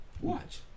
Watch